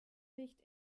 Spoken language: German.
licht